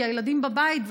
כי הילדים בבית,